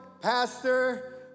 pastor